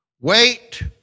wait